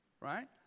Right